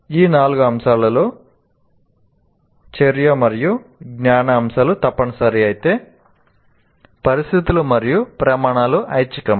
ఈ నాలుగు అంశాలలో చర్య మరియు జ్ఞాన అంశాలు తప్పనిసరి అయితే పరిస్థితులు మరియు ప్రమాణాలు ఐచ్ఛికం